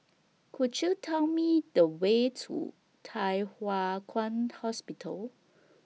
Could YOU Tell Me The Way to Thye Hua Kwan Hospital